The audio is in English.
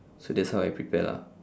so that's how I prepare lah